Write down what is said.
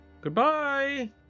goodbye